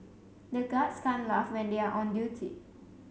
the guards can't laugh when they are on duty